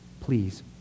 Please